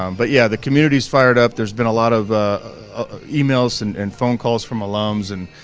um but yeah the community is fired up. there's been a lot of ah emails and and phone calls from alumna so